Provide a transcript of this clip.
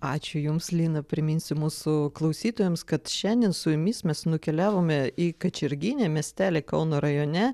ačiū jums lina priminsiu mūsų klausytojams kad šiandien su jumis mes nukeliavome į kačerginę miestelį kauno rajone